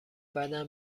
بدم